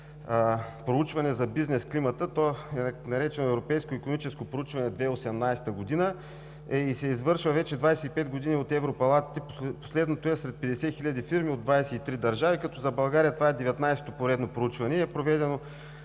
проучване за бизнес климата. То е наречено „Европейско икономическо проучване 2018 г.“ и се извършва вече 25 години от европалатите. Последното е сред 50 хиляди фирми от 23 държави, като за България това е 19-то поредно проучване и е проведено